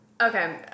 Okay